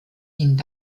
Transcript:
dient